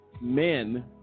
men